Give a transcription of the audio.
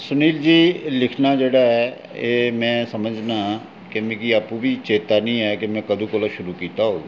सुनील जी लिखना जेह्ड़ा ऐ एह् में समझना कि मिगी आपूं बी चेता निं ऐ कि में कदूं कोला शुरू कीता होग